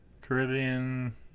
Caribbean